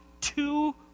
Two